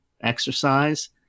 exercise